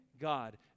God